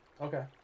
Okay